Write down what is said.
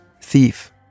thief